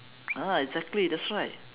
ah exactly that's right